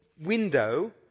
window